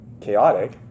chaotic